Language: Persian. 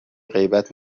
غیبت